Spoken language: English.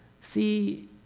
See